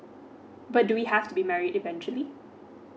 but do we have to be married eventually